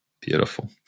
Beautiful